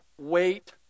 wait